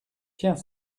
tiens